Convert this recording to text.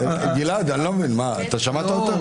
גלעד, אני לא מבין, מה, אתה שמעת אותה?